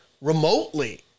remotely